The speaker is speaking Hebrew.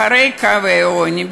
אחרי קווי העוני,